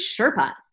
Sherpas